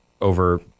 over